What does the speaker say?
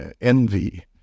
envy